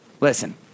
Listen